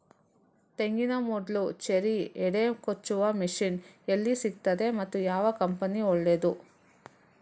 ತೆಂಗಿನ ಮೊಡ್ಲು, ಚೇರಿ, ಹೆಡೆ ಕೊಚ್ಚುವ ಮಷೀನ್ ಎಲ್ಲಿ ಸಿಕ್ತಾದೆ ಮತ್ತೆ ಯಾವ ಕಂಪನಿ ಒಳ್ಳೆದು?